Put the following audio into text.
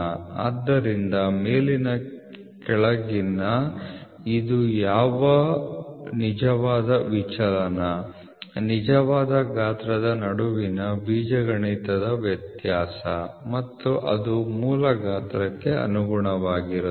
ಆದ್ದರಿಂದ ಮೇಲಿನ ಕೆಳಗಿನ ಇದು ಯಾವ ನಿಜವಾದ ವಿಚಲನ ನಿಜವಾದ ಗಾತ್ರದ ನಡುವಿನ ಬೀಜಗಣಿತ ವ್ಯತ್ಯಾಸ ಮತ್ತು ಅದು ಮೂಲ ಗಾತ್ರಕ್ಕೆ ಅನುಗುಣವಾಗಿರುತ್ತದೆ